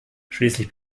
schließlich